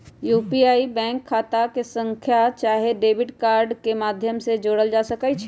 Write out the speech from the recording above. UPI में bank खता के खता संख्या चाहे डेबिट कार्ड के माध्यम से जोड़ल जा सकइ छै